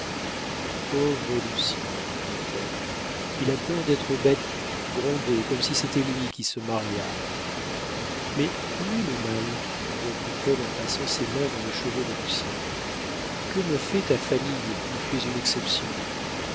pauvre lucien dit-elle il a peur d'être battu grondé comme si c'était lui qui se mariât mais où est le mal reprit-elle en passant ses mains dans les cheveux de lucien que me fait ta famille où tu es une exception